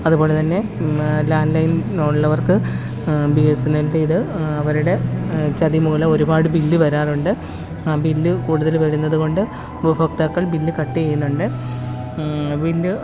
അതുപോലെത്തന്നെ ലാന്ലൈന് ഉള്ളവര്ക്ക് B S N എല്ലിന്റെ ഇത് അവരുടെ ചതി മൂലം ഒരുപാട് ബില്ല് വരാറുണ്ട് ആ ബില്ല് കൂടുതൽ വരുന്നതുകൊണ്ട് ഉപഭോക്താക്കള് ബില്ല് കട്ട് ചെയ്യുന്നുണ്ട് ബില്ല്